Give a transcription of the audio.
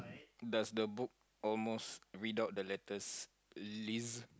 does the book almost read out the letters Liz